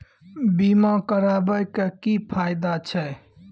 बीमा कराबै के की फायदा छै?